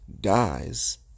dies